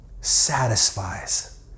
satisfies